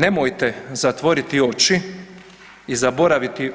Nemojte zatvoriti oči i zaboraviti